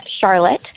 Charlotte